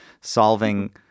solving